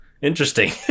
Interesting